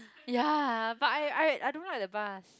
ya but I I I don't like the bus